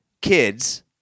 kids